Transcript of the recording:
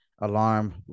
alarm